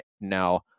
now